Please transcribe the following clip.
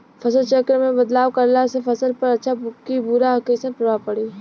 फसल चक्र मे बदलाव करला से फसल पर अच्छा की बुरा कैसन प्रभाव पड़ी?